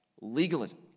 legalism